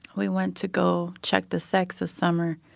we went to go check the sex of summer,